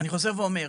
אני חוזר ואומר,